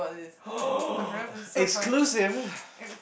exclusive